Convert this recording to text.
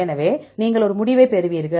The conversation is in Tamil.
எனவே நீங்கள் ஒரு முடிவைப் பெறுவீர்கள்